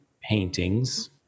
paintings